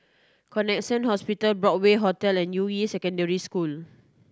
Connexion Hospital Broadway Hotel and Yuying Secondary School